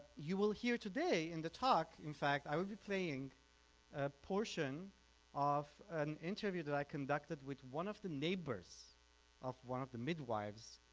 you will hear today in the talk in fact i will be playing a portion of an interview i conducted with one of the neighbors of one of the midwives,